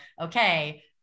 okay